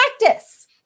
Practice